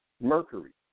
Mercury